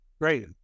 Great